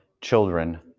children